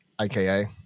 AKA